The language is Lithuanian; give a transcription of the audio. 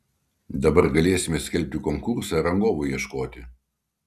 dabar galėsime skelbti konkursą rangovui ieškoti